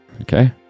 Okay